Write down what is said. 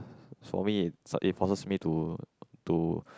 for me it forces me to to